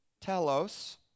telos